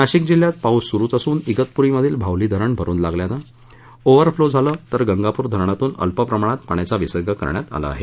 नाशिक जिल्ह्यात पाऊस सुरूच असून इगतपुरी मधील भावली धरण भरू लागल्याने ओव्हर फ्लॉ झाले तर गंगापूर धरणातून अल्प प्रमाणात विसर्ग करण्यात आला आहे